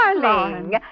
darling